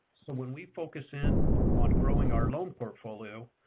when we focus in on growing our loan portfolio,